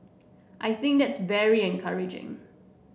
I think that's very encouraging